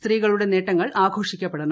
സ്ത്രീകളുടെ നേട്ടങ്ങൾ ആഘോഷിക്കപ്പെടണം